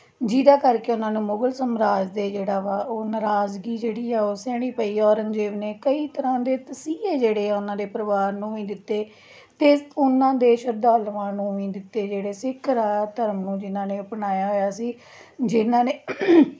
ਜਿਹਦਾ ਕਰਕੇ ਉਹਨਾਂ ਨੂੰ ਮੁਗਲ ਸਮਰਾਜ ਦੇ ਜਿਹੜਾ ਵਾ ਉਹ ਨਾਰਾਜ਼ਗੀ ਜਿਹੜੀ ਆ ਉਹ ਸਹਿਣੀ ਪਈ ਔਰੰਗਜ਼ੇਬ ਨੇ ਕਈ ਤਰ੍ਹਾਂ ਦੇ ਤਸੀਹੇ ਜਿਹੜੇ ਆ ਉਹਨਾਂ ਦੇ ਪਰਿਵਾਰ ਨੂੰ ਵੀ ਦਿੱਤੇ ਅਤੇ ਉਹਨਾਂ ਦੇ ਸ਼ਰਧਾਲੂਆਂ ਨੂੰ ਵੀ ਦਿੱਤੇ ਜਿਹੜੇ ਸਿੱਖ ਰਾਜ ਧਰਮ ਨੂੰ ਜਿਹਨਾਂ ਨੇ ਅਪਣਾਇਆ ਹੋਇਆ ਸੀ ਜਿਹਨਾਂ ਨੇ